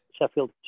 Sheffield